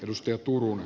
ruskettunut